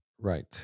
Right